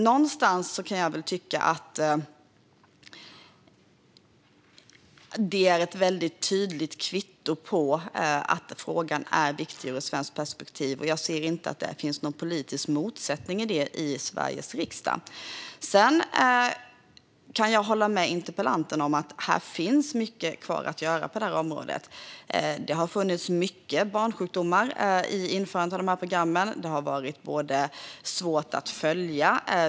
Någonstans kan jag tycka att det är ett mycket tydligt kvitto på att frågan är viktig ur ett svenskt perspektiv. Jag ser inte att det finns någon politisk motsättning i det i Sveriges riksdag. Sedan kan jag hålla med interpellanten om att det finns mycket kvar att göra på detta område. Det har funnits många barnsjukdomar vid införandet av dessa program. De har varit svåra att följa.